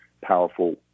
powerful